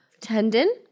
tendon